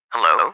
Hello